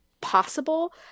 possible